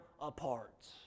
apart